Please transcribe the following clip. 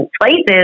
places